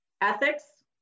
Ethics